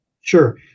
Sure